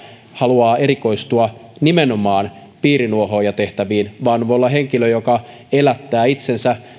haluaa erikoistua nimenomaan piirinuohoojatehtäviin vaan hän voi olla henkilö joka elättää itsensä